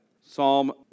Psalm